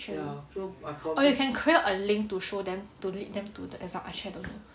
actually or you can create a link to show them to lead them to the exam~ actually I don't know